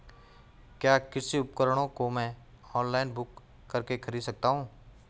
क्या कृषि उपकरणों को मैं ऑनलाइन बुक करके खरीद सकता हूँ?